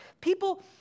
People